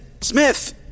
Smith